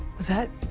was that.